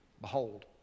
Behold